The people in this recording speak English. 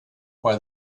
while